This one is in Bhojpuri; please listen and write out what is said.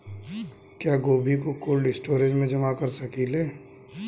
क्या गोभी को कोल्ड स्टोरेज में जमा कर सकिले?